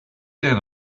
down